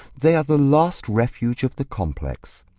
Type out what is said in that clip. they are the last refuge of the complex.